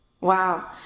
Wow